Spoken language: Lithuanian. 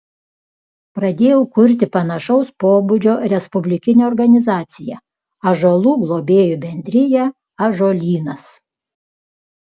pradėjau kurti panašaus pobūdžio respublikinę organizaciją ąžuolų globėjų bendriją ąžuolynas